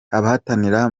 abahatanira